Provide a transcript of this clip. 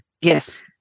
Yes